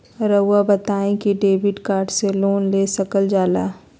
रहुआ बताइं कि डेबिट कार्ड से लोन ले सकल जाला?